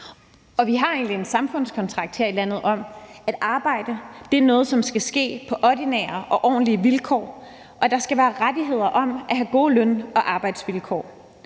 vi har egentlig en samfundskontrakt her i landet om, at arbejde er noget, som skal ske på ordinære og ordentlige vilkår, og at der skal være rettigheder om at have gode løn- og arbejdsvilkår.